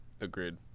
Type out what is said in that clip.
Agreed